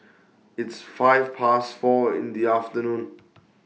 its five Past four in The afternoon